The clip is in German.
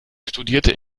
studierte